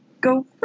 go